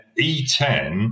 E10